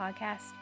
podcast